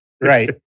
Right